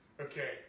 Okay